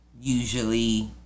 usually